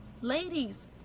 Ladies